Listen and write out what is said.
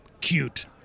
cute